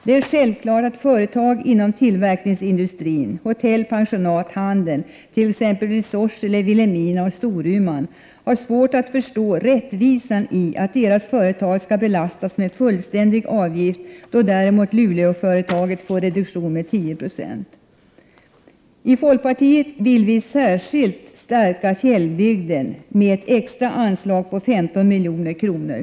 Det är självklart att företag inom tillverkningsindustrin, hotell—-pensionat och handeln i t.ex. Sorsele, Vilhelmina och Storuman har svårt att förstå rättvisan i att de skall belastas med fullständiga avgifter, då däremot företag i Luleå får reduktion med 10 96. Vi i folkpartiet vill särskilt stärka fjällbygden med ett extra anslag på 15 milj.kr.